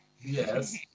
Yes